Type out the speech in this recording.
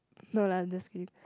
no lah just kidding